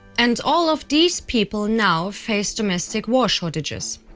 and all of these people now face domestic war shortages.